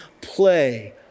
play